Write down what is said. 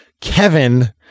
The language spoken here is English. Kevin